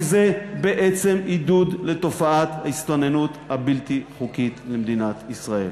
כי זה בעצם עידוד לתופעת ההסתננות הבלתי-חוקית למדינת ישראל.